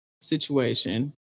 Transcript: situation